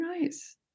nice